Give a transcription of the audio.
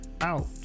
out